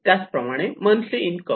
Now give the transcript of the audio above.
त्याचप्रमाणे monthly income